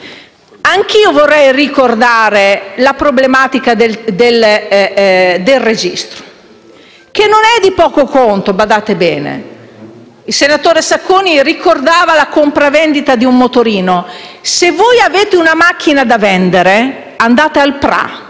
Anch'io vorrei ricordare la problematica del registro, che non è di poco conto, badate bene. Il senatore Sacconi ricordava la compravendita di un motorino. Se voi avete una macchina da vendere, andate al PRA